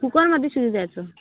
कुकरमध्ये शिजू द्यायचं